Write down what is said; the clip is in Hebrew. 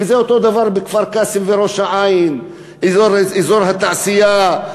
אותו הדבר בכפר-קאסם וראש-העין, אזור התעשייה.